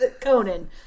Conan